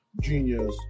genius